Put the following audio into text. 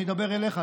אני אדבר אליך,